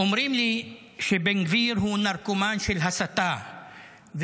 אומרים לי שבן גביר הוא נרקומן של הסתה וגזענות.